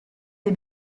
dei